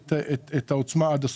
את העוצמה עד הסוף.